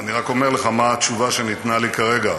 אני רק אומר לך מה התשובה שניתנה לי כרגע.